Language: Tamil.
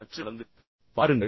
நீங்கள் சற்று நடந்து பாருங்கள்